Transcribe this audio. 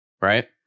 right